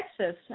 Texas